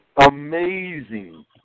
Amazing